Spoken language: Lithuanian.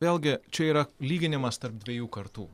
vėlgi čia yra lyginimas tarp dviejų kartų